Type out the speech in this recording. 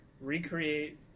recreate